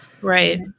Right